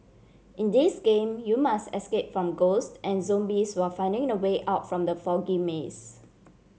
in this game you must escape from ghosts and zombies while finding the way out from the foggy maze